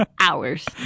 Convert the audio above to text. Hours